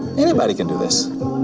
everybody can do this.